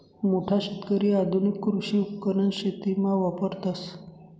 मोठा शेतकरी आधुनिक कृषी उपकरण शेतीमा वापरतस